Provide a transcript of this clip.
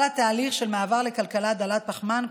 על התהליך של מעבר לכלכלה דלת פחמן,